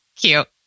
cute